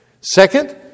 Second